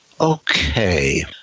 Okay